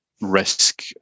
risk